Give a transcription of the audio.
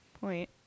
point